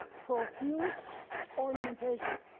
profuse ornamentation.